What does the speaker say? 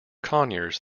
conyers